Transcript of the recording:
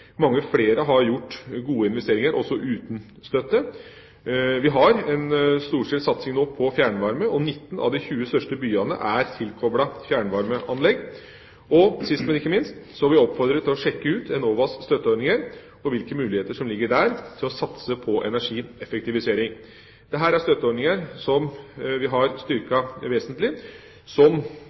Mange flere har gjort gode investeringer også uten støtte. Vi har nå en storstilt satsing på fjernvarme, og 19 av de 20 største byene er tilkoplet fjernvarmeanlegg. Sist, men ikke minst vil jeg oppfordre til å sjekke ut Enovas støtteordninger og hvilke muligheter som ligger der til å satse på energieffektivisering. Dette er støtteordninger som vi har styrket vesentlig, som